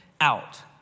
out